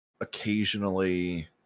occasionally